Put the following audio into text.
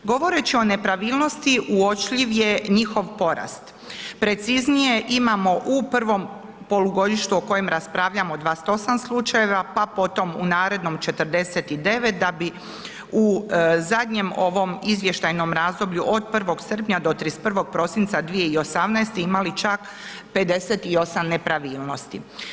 Govoreći o nepravilnosti uočljiv je njihov porast, preciznije imamo u prvom polugodištu o koje raspravljamo 28 slučajeva, pa potom u narednom 49 da bi u zadnjem ovom izvještajnom razdoblju od 1. srpnja do 31. prosinca 2018. imali čak 58 nepravilnosti.